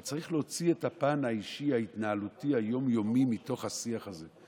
אבל צריך להוציא את הפן האישי ההתנהלותי היום-יומי מתוך השיח הזה.